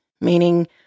meaning